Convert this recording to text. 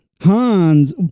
Hans